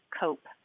cope